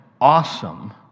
awesome